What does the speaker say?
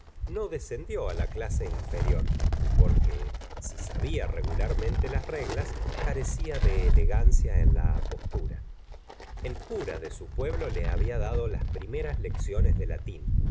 no descendió la clase inferior porque si sabía regularmente las reglas carecía de elegancia en la apostura el cura de su pueblo le había dado las primeras lecciones de latín